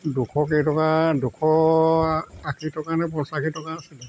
দুশকেইটকা দুশ আশী টকা নে পঁচাশী টকা আছিলে